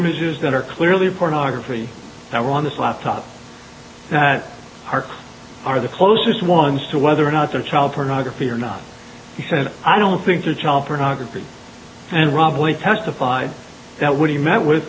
images that are clearly pornography that were on this laptop that harks are the closest ones to whether or not their child pornography or not he said i don't think the child pornography and robin testified that when he met with